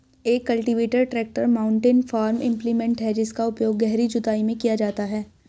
एक cultivator tractor mounted farm implement है जिसका उपयोग गहरी जुताई में किया जाता है